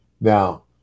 now